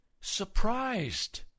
surprised